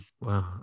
Wow